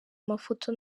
amafoto